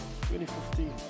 2015